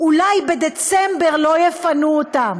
אולי בדצמבר לא יפנו אותם.